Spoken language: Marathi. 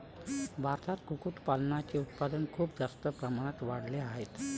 भारतात कुक्कुटपालनाचे उत्पादन खूप जास्त प्रमाणात वाढले आहे